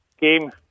game